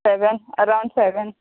seven around seven